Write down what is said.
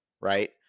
right